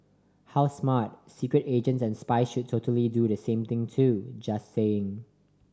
how smart secret agents and spies should totally do the same too just saying